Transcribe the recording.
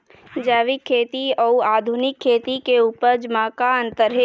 जैविक खेती अउ आधुनिक खेती के उपज म का अंतर हे?